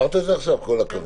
כל הכבוד.